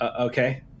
okay